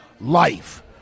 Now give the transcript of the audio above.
life